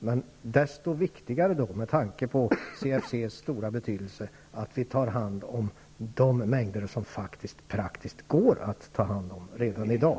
Men då är det desto viktigare att vi, med tanke på den stora betydelse CFC har, tar hand om de mängder som faktiskt går att praktiskt ta hand om redan i dag.